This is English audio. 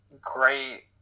great